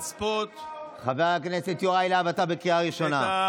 זה חוק פרסונלי עבור ראש הממשלה נתניהו.